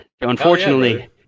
Unfortunately